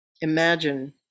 imagine